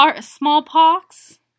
smallpox